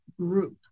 group